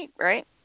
right